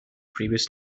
previous